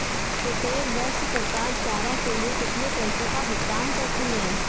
प्रत्येक वर्ष सरकार चारा के लिए कितने पैसों का भुगतान करती है?